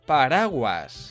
Paraguas